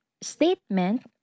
statement